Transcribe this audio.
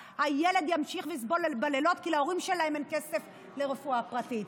ממשיכים לסבול בלילות כי להורים אין כסף לרפואה פרטית,